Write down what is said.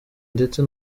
ndetse